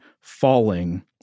falling